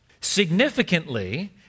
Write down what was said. significantly